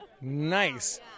Nice